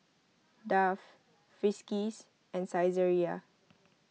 Dove Friskies and Saizeriya